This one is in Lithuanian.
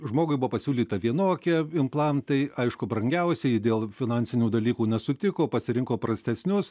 žmogui buvo pasiūlyta vienokie implantai aišku brangiausi ji dėl finansinių dalykų nesutiko pasirinko prastesnius